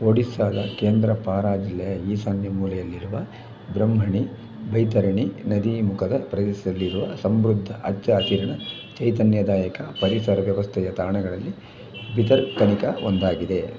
ಒಡಿಶಾದ ಕೇಂದ್ರ ಪಾರಾ ಜಿಲ್ಲೆಯ ಈಶಾನ್ಯ ಮೂಲೆಯಲ್ಲಿರುವ ಬ್ರಹ್ಮಣಿ ಬೈತರಣಿ ನದೀಮುಖಜ ಪ್ರದೇಶದಲ್ಲಿ ಇರುವ ಸಮೃದ್ಧ ಹಚ್ಚ ಹಸಿರಿನ ಚೈತನ್ಯದಾಯಕ ಪರಿಸರ ವ್ಯವಸ್ಥೆಯ ತಾಣಗಳಲ್ಲಿ ಬಿತರ್ಕನಿಕಾ ಒಂದಾಗಿದೆ